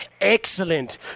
excellent